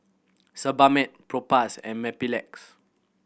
Sebamed Propass and Mepilex